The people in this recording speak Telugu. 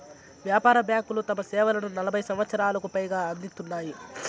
వ్యాపార బ్యాంకులు తమ సేవలను నలభై సంవచ్చరాలకు పైగా అందిత్తున్నాయి